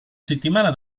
settimana